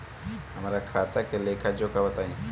हमरा खाता के लेखा जोखा बताई?